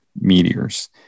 meteors